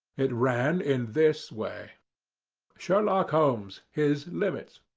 it ran in this way sherlock holmes his limits.